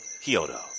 Kyoto